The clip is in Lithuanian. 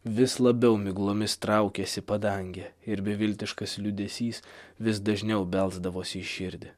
vis labiau miglomis traukėsi padangė ir beviltiškas liūdesys vis dažniau belsdavosi į širdį